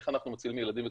איך אנחנו מצילים ילדים.